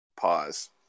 Pause